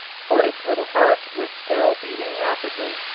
for its little heart was still beating rapidly.